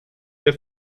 der